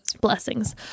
Blessings